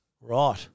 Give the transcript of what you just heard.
Right